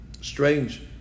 Strange